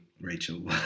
Rachel